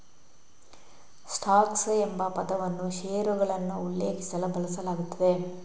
stocks ಎಂಬ ಪದವನ್ನು ಷೇರುಗಳನ್ನು ಉಲ್ಲೇಖಿಸಲು ಬಳಸಲಾಗುತ್ತದೆ